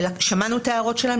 שמענו את ההערות שלהם,